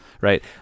right